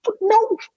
no